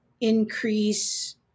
increase